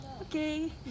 Okay